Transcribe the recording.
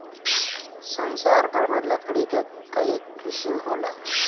संसार भर में लकड़ी के कई किसिम होला